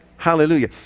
Hallelujah